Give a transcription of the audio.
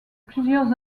plusieurs